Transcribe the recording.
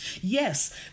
Yes